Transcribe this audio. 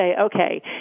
okay